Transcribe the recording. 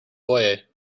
foyer